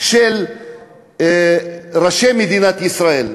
של ראשי מדינת ישראל.